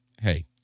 hey